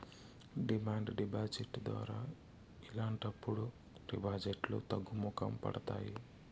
demand deposit ద్వారా ఇలాంటప్పుడు డిపాజిట్లు తగ్గుముఖం పడతాయి